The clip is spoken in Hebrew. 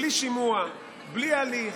בלי שימוע, בלי הליך,